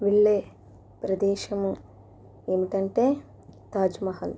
వెళ్ళే ప్రదేశం ఏంటంటే తాజ్ మహల్